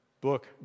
book